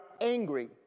angry